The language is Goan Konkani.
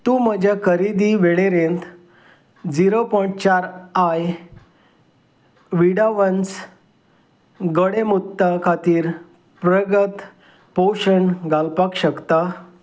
तूं म्हज्या खरेदी वळेरेंत झिरो पॉयंट चार आय विडावन्स गोडेंमुता खातीर प्रगत पोशण घालपाक शकता